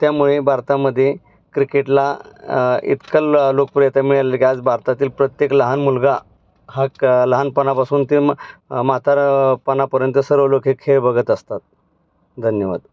त्यामुळे भारतामध्ये क्रिकेटला इतकं ल लोकप्रियता मिळालेली की आज भारतातील प्रत्येक लहान मुलगा हा लहानपणापासून ते म्हातारापणापर्यंत सर्व लोक हे खेळ बघत असतात धन्यवाद